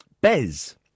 Bez